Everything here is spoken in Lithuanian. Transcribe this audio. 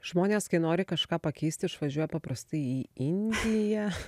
žmonės kai nori kažką pakeist išvažiuoja paprastai į indiją